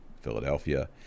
philadelphia